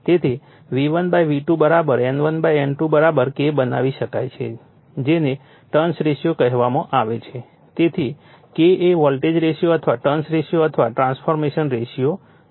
તેથી V1 V2 N1 N2 K બનાવી શકાય છે જેને ટર્ન્સ રેશિયો કહેવામાં આવે છે તેથી K એ વોલ્ટેજ રેશિયો અથવા ટર્ન્સ રેશિયો અથવા ટ્રાન્સફોર્મેશન રેશિયો છે